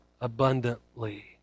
abundantly